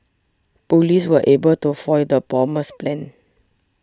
police were able to foil the bomber's plan